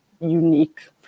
unique